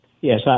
Yes